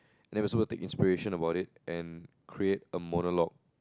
and then we suppose to take inspiration about it and create a monologue